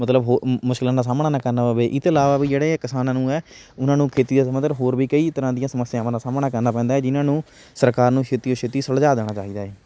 ਮਤਲਬ ਹੋਰ ਮੁਸ਼ਕਲਾਂ ਦਾ ਸਾਹਮਣਾ ਨਾ ਕਰਨਾ ਪਵੇ ਇਹਤੇ ਇਲਾਵਾ ਵੀ ਜਿਹੜੇ ਕਿਸਾਨਾਂ ਨੂੰ ਹੈ ਉਹਨਾਂ ਨੂੰ ਖੇਤੀ ਦੇ ਸਬੰਧਿਤ ਹੋਰ ਵੀ ਕਈ ਤਰ੍ਹਾਂ ਦੀਆਂ ਸਮੱਸਿਆਵਾਂ ਦਾ ਸਾਹਮਣਾ ਕਰਨਾ ਪੈਂਦਾ ਹੈ ਜਿਨ੍ਹਾਂ ਨੂੰ ਸਰਕਾਰ ਨੂੰ ਛੇਤੀ ਤੋਂ ਛੇਤੀ ਸੁਲਝਾ ਦੇਣਾ ਚਾਹੀਦਾ ਹੈ